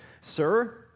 sir